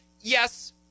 Yes